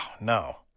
no